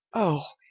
oh,